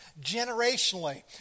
generationally